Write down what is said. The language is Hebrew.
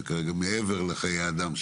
מעבר לנושא של חיי אדם,